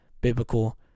biblical